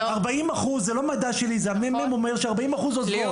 40% זה לא מדד שלי זה הממ"מ אומר ש-40% עוזבות.